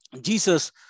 Jesus